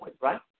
right